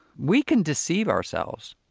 we can deceive ourselves,